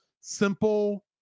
simple